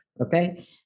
Okay